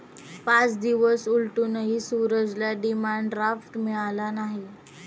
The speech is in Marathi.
पाच दिवस उलटूनही सूरजला डिमांड ड्राफ्ट मिळाला नाही